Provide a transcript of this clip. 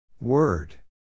Word